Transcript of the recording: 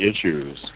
issues